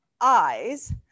eyes